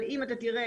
אבל אם אתה תראה,